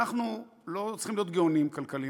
אנחנו לא צריכים להיות גאונים כלכליים,